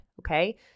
okay